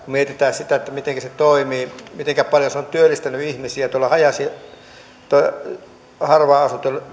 mietitään sitä mitenkä se toimii mitenkä paljon se on työllistänyt ihmisiä tuolla harvaan